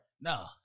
No